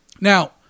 Now